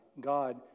God